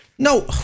No